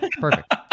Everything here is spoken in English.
perfect